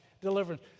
Deliverance